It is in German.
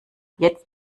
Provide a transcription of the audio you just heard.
jetzt